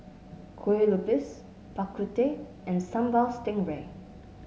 Kueh Lupis Bak Kut Teh and Sambal Stingray